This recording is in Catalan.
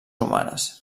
humanes